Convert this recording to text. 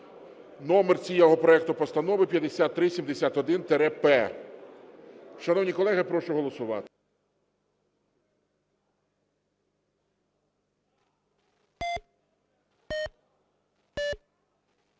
Номер цього проекту Постанови 5371-П. Шановні колеги, прошу голосувати.